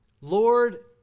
Lord